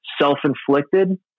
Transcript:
self-inflicted